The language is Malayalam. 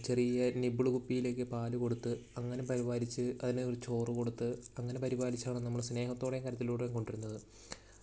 ചെറിയ നിപ്പിൾ കുപ്പിയിലൊക്കെ പാലു കൊടുത്ത് അങ്ങനെ പരിപാലിച്ച് അതിന് ഒരു ചോറ് കൊടുത്ത് അങ്ങനെ പരിപാലിച്ചാണ് നമ്മൾ സ്നേഹത്തോടെയും കരുതലോടെയും കൊണ്ടു വരുന്നത്